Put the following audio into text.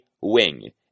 wing